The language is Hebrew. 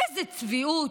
איזו צביעות,